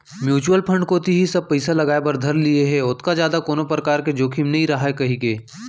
mutual fund कोती ही सब पइसा लगाय बर धर लिये हें ओतका जादा कोनो परकार के जोखिम नइ राहय कहिके